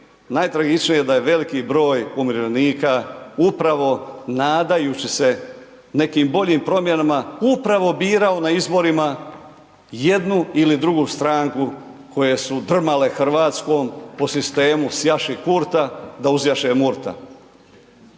Najtragičnije je da je veliki broj umirovljenika upravo nadajući se nekim boljim promjenama upravo birao na izborima jednu ili drugu stranku koje su drmale Hrvatskom po sistemu sjaši Kurta da uzjaši Murta.